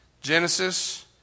Genesis